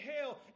hell